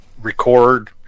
record